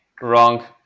Wrong